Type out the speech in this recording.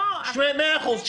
לא, אבל --- מאה אחוז.